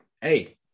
Hey